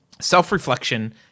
self-reflection